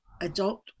adult